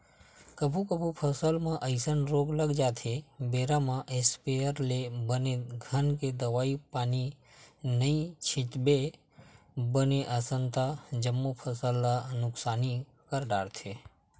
कभू कभू फसल म अइसन रोग लग जाथे बेरा म इस्पेयर ले बने घन के दवई पानी नइ छितबे बने असन ता जम्मो फसल ल नुकसानी कर डरथे